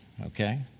okay